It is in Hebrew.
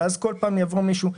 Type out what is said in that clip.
שאז כל פעם יבוא מישהו אחר.